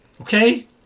Okay